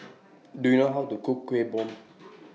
Do YOU know How to Cook Kuih Bom